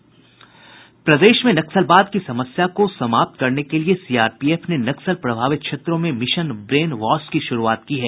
प्रदेश में नक्सलवाद की समस्या को समाप्त करने के लिए सीआरपीएफ ने नक्सल प्रभावित क्षेत्रों में मिशन ब्रेनवॉश की शुरूआत की है